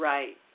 Right